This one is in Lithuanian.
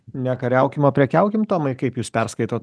nekariaukim o prekiaukim tomai kaip jūs perskaitot